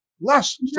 less